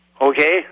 Okay